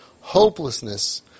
Hopelessness